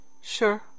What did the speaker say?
Sure